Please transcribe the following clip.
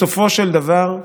בסופו של דבר,